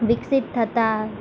વિકસિત થતા